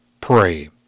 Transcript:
pray